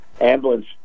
ambulance